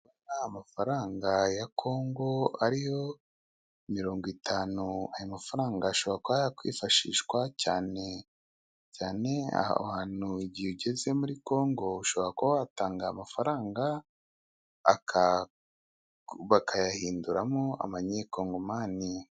Amafaranga ya Kongo ariyo mirongo itanu, ayo mafaranga ashobora kuba yakwifashishwa cyane cyane hantu igihe ugeze muri Kongo ushobora kuba watanga amafaranga bakayahinduramo amanyekongomani.